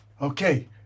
Okay